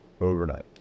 overnight